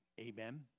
Amen